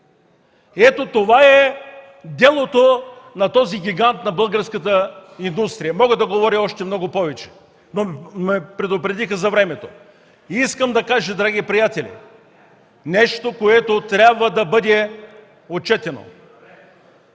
Ето, това е делото на този гигант на българската индустрия. Мога да говоря още повече, но ме предупредиха за времето. Драги приятели, искам да кажа нещо, което трябва да бъде отчетено.